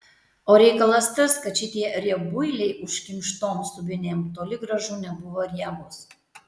o reikalas tas kad šitie riebuiliai užkimštom subinėm toli gražu nebuvo riebūs